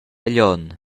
glion